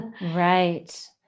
Right